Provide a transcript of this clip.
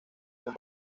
son